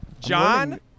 John